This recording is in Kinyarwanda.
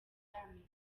amerika